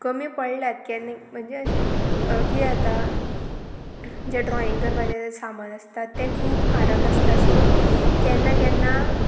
कमी पडल्यात केन्ना म्हणजे अशें कितें जाता जें ड्रॉइंग करपाचें तें सामान आसता तें खूब म्हारग आसता सो केन्ना केन्ना